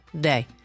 day